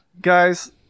guys